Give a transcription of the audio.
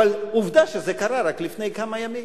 אבל עובדה שזה קרה רק לפני כמה ימים.